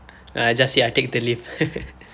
I just say I take the lift